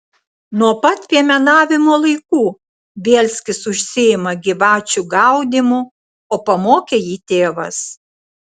nuo pat piemenavimo laikų bielskis užsiima gyvačių gaudymu o pamokė jį tėvas